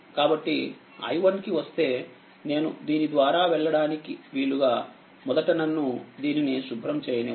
కాబట్టిi1కి వస్తేనేను దీని ద్వారా వెళ్లడానికి వీలుగా మొదట నన్ను దీనిని శుభ్రం చేయనివ్వండి